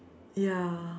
ya